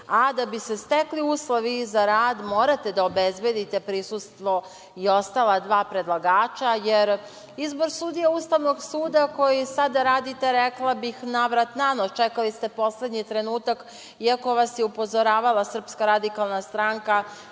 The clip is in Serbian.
Da bi se stekli uslovi za rad, morate da obezbedite prisustvo i ostala dva predlagača, jer izbor sudija Ustavnog suda koji sada radite, rekla bih, na vrat na nos, čekali ste poslednji trenutak iako vas je upozoravala SRS da je krajnje